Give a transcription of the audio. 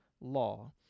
law